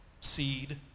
seed